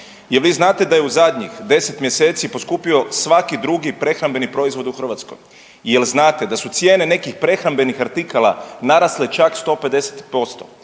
Je l' vi znate da je u zadnjih 10 mjeseci poskupio svaki drugi prehrambeni proizvod u Hrvatskoj? Je l' znate su cijene nekih prehrambenih artikala narasle čak 150%?